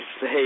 say